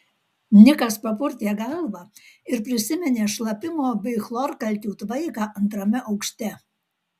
nikas papurtė galvą ir prisiminė šlapimo bei chlorkalkių tvaiką antrame aukšte